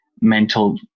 mental